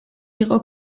იყო